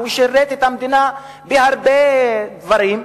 ששירת את המדינה בהרבה דברים,